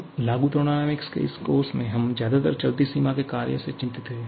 अब लागू थर्मोडायनामिक्स के इस कोर्स में हम ज्यादातर चलती सीमा के कार्य से चिंतित हैं